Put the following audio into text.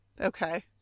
Okay